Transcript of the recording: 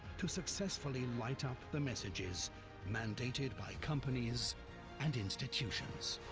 to successfully light up the messages mandated by companies and institutions.